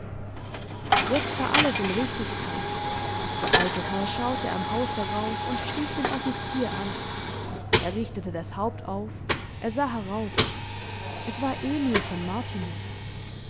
jetzt war alles in richtigkeit der alte herr schaute am haus herauf und stieß den offizier an er richtete das haupt auf er sah herauf es war emil von martiniz